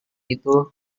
itu